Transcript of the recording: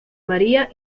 maría